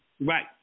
Right